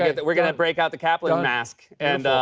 yeah but we're gonna break out the kaplan mask. and